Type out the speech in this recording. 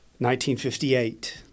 1958